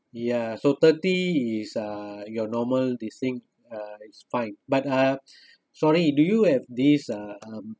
ya so thirty is uh your normal this thing uh is fine but uh sorry do you have this uh um